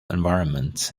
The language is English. environment